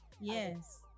yes